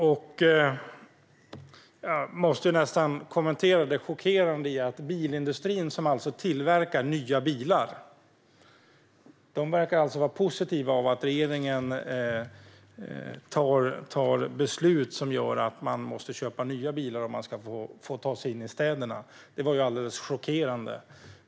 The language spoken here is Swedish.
Herr talman! Jag måste kommentera det chockerande i att bilindustrin, som alltså tillverkar nya bilar, alltså verkar vara positiva till att regeringen tar beslut som gör att människor måste köpa nya bilar om de ska få ta sig in i städerna. Det var alldeles chockerande.